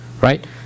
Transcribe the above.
Right